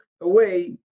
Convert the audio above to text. away